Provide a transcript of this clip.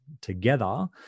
together